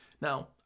Now